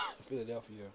Philadelphia